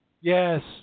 Yes